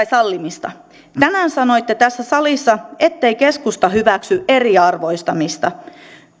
sallimista tänään sanoitte tässä salissa ettei keskusta hyväksy eriarvoistamista